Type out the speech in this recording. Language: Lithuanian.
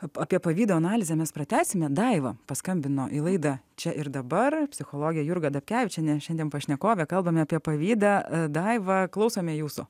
apie pavydo analizėmis pratęsime daiva paskambino į laida čia ir dabar psichologė jurga dapkevičienė šiandien pašnekovė kalbame apie pavydą daiva klausome jūsų